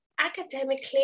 academically